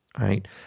right